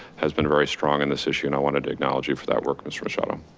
has been very strong in this issue and i wanted to acknowledge you for that work, mr. machado.